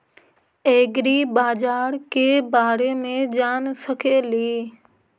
ऐग्रिबाजार के बारे मे जान सकेली?